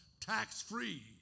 tax-free